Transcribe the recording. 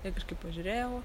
ir kažkaip pažiūrėjau